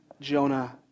Jonah